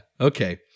okay